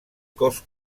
cos